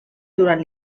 durant